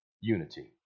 unity